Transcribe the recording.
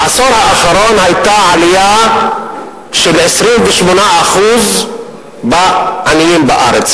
בעשור האחרון היתה עלייה של 28% בשיעור העניים בארץ,